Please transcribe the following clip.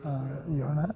eon